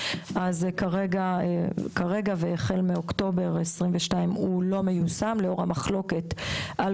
אז כרגע והחל מאוקטובר 2022 הוא לא מיושם לאור המחלוקת על